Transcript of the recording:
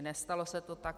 Nestalo se to tak.